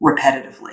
repetitively